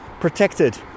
protected